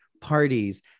parties